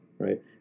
Right